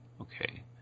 Okay